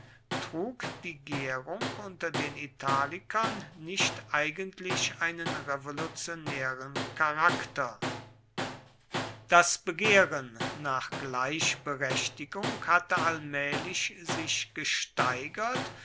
trug die gärung unter den italikern nicht eigentlich einen revolutionären charakter das begehren nach gleichberechtigung hatte allmählich sich gesteigert